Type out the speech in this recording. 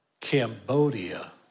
Cambodia